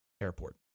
airport